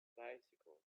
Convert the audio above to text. bicycle